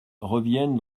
reviennent